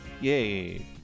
Yay